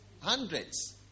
hundreds